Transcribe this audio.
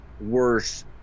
worse